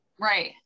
Right